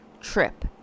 trip